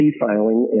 filing